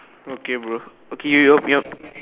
okay bro okay ya ya yup